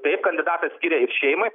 taip kandidatas skiria ir šeimai